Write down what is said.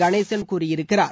கணேசன் கூறியிருக்கிறார்